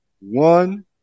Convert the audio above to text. one